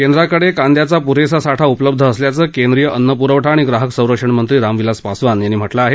केंद्राकडे कांद्याचा पुरेसा साठा उपलब्ध असल्याचं केंद्रीय अन्न पुरवठा आणि ग्राहक संरक्षण मंत्री रामविलास पासवान यांनी म्हटलं आहे